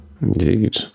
indeed